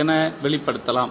என வெளிப்படுத்தலாம்